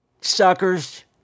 suckers